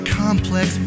complex